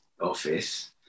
office